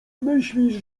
myślisz